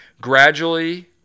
gradually